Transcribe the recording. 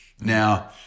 Now